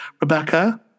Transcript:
Rebecca